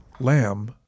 Lamb